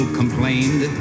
complained